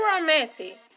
romantic